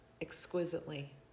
exquisitely